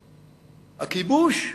הכיבוש: